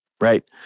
right